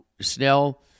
Snell